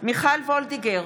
מיכל וולדיגר,